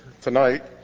tonight